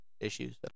issues